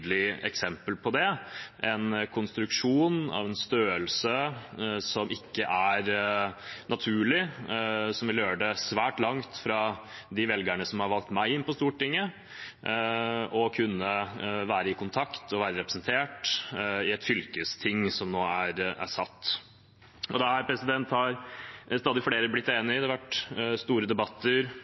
eksempel på det – en konstruksjon av en størrelse som ikke er naturlig, og som vil gjøre det svært langt til de velgerne som har valgt meg inn på Stortinget, med tanke på å kunne være i kontakt og være representert i det fylkesting som nå er satt. Stadig flere har blitt enige – det har vært store debatter